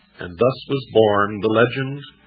and thus was born the legend